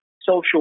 social